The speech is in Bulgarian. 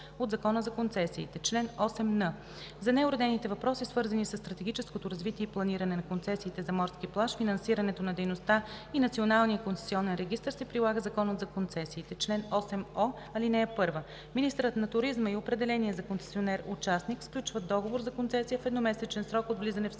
от Закона за концесиите. Чл. 8н. За неуредените въпроси, свързани със стратегическото развитие и планиране на концесиите за морски плаж, финансирането на дейността и Националния концесионен регистър, се прилага Законът за концесиите. Чл. 8о. (1) Министърът на туризма и определеният за концесионер участник сключват договор за концесия в едномесечен срок от влизане в сила на